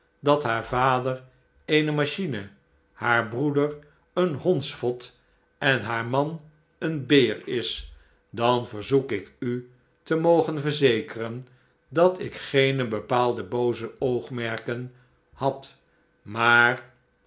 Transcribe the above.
dat haar vader eene machine haar broeder een hondsvot en haar man een beer is dan verzoek ik u te mogen verzekeren dat ik geene bepaalde booze oogmerken had maar